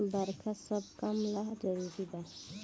बरखा सब काम ला जरुरी बा